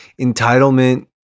entitlement –